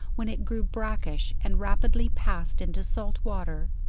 when it grew brackish and rapidly passed into salt water.